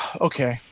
Okay